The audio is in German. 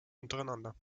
untereinander